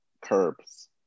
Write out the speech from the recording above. Curbs